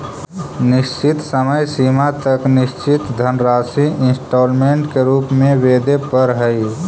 निश्चित समय सीमा तक निश्चित धनराशि इंस्टॉलमेंट के रूप में वेदे परऽ हई